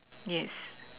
yes